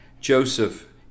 Joseph